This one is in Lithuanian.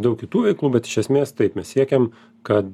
daug kitų veiklų bet iš esmės taip mes siekiam kada